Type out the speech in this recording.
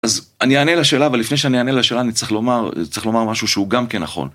אז אני אענה לשאלה, אבל לפני שאני אענה לשאלה, אני צריך לומר משהו שהוא גם כן נכון.